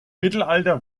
mittelalter